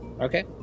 Okay